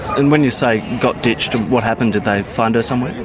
and when you say, got ditched what happened? did they find her somewhere